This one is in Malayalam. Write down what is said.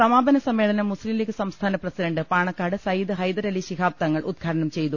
സമാപന സമ്മേളനം മുസ്തിം ലീഗ് സംസ്ഥാന പ്രസിഡന്റ് പാണക്കാട് സയ്യിദ് ഹൈദരലി ശിഹാബ് തങ്ങൾ ഉദ്ഘാടനം ചെയ്തു